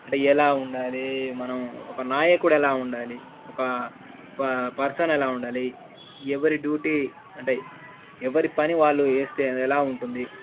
అంటే ఎలా ఉండాలి మనం ఒక నాయకుడు ఎలా ఉండాలి ఒక ప పర్సన్ ఎలా ఉండాలి ఎవరి డ్యూటీ అంటే ఎవరి పని వాళ్ళు చేస్తే ఎలా ఉంటుంది